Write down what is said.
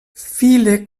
viele